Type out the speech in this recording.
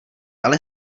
ale